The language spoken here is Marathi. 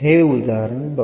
हे उदाहरण बघू